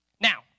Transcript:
Now